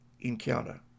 encounter